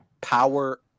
power